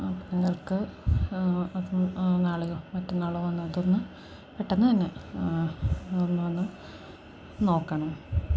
അപ്പോള് നിങ്ങൾ അതു നാളെയോ മറ്റന്നാളോ വന്ന് അതൊന്നു പെട്ടെന്നുതന്നെ അതൊന്നു വന്നു നോക്കണം